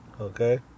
Okay